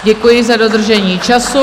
Děkuji za dodržení času.